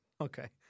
Okay